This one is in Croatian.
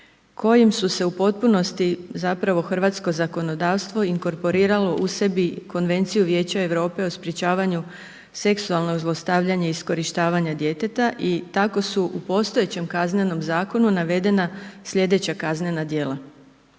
kojim su se u potpunosti zapravo hrvatsko zakonodavstvo inkorporiralo u sebi Konvenciju Vijeća Europe u sprječavanju seksualnog zlostavljanja i iskorištavanja djeteta i tako su u postojećem kaznenom zakonu navedena slijedeća kaznena djela.